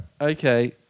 Okay